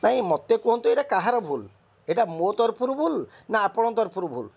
ନାହିଁ ମୋତେ କୁହନ୍ତୁ ଏଟା କାହାର ଭୁଲ ଏଟା ମୋ ତରଫରୁ ଭୁଲ୍ ନା ଆପଣଙ୍କ ତରଫରୁ ଭୁଲ୍